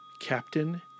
Captain